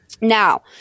now